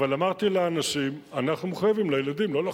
אבל אמרתי לאנשים: אנחנו מחויבים לילדים לא לחוק,